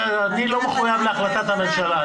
אני לא מחויב להחלטת הממשלה.